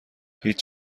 هیچ